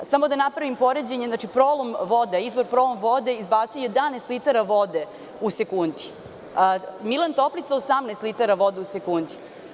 Samo da napravim poređenje, izvor „Prolom vode“ izbacuje 11 litara vode u sekundi, a „Milan Toplica“ 18 litara vode u sekundi.